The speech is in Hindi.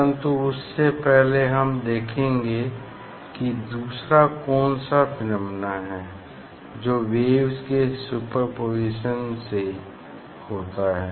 परन्तु उससे पहले हम देखेंगे की दूसरा कौनसा फिनामिना है जो वेव्स के सुपरपोज़िशन से होता है